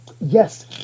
Yes